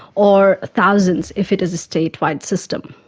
or thousands if it is a state-wide system.